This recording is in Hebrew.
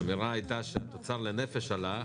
האמירה הייתה שהתוצר לנפש עלה,